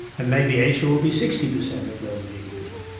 and maybe asia will be sixty per cent of global gdp.